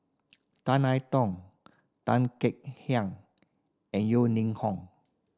Tan I Tong Tan Kek Hiang and Yeo Ning Hong